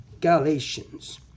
Galatians